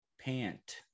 pant